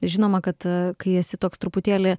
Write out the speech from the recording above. žinoma kad kai esi toks truputėlį